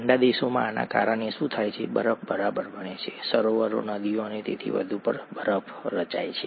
ઠંડા દેશોમાં આના કારણે શું થાય છે બરફ બરાબર બને છે સરોવરો નદીઓ અને તેથી વધુ પર બરફ રચાય છે